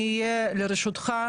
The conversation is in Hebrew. אני אהיה לרשותך,